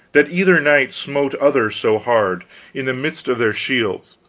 that either knight smote other so hard in the midst of their shields,